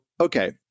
okay